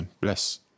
Bless